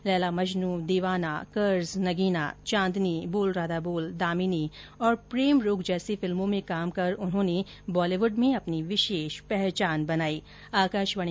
लैला मजनू दीवाना कर्ज नगीना चांदनी बोल राधा बोल दामिनी और प्रेम रोग जैसी फिल्मों में काम कर उन्होंने वॉलीवुड में अपनी विशेष पहचान बनायी